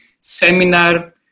seminar